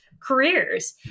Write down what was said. Careers